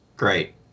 Great